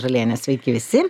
ir aš jūratė žalienė